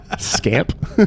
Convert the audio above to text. Scamp